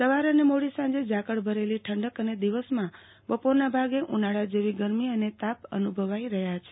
સવાર અને મોડી સાંજે ઝાકળ ભરેલી ઠંડક અને દિવસમાં બપોરના ભાગે ઉનાળા જેવી ગરમી અને તાપ અનુભવાઈ રહ્યા છે